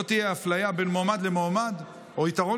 לא תהיה אפליה בין מועמד למועמד או יתרון